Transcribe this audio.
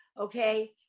okay